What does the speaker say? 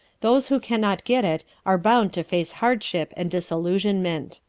those who can not get it are bound to face hardship and disillusionment.